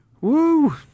woo